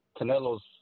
Canelo's